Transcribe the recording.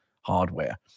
hardware